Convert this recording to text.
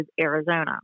Arizona